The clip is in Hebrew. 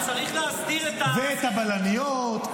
צריך להסדיר את --- ואת הבלניות,